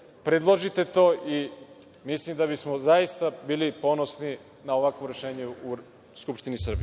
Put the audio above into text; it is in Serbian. predložite to i mislim da bismo zaista bili ponosni na ovakvo rešenje u Skupštini Srbiji.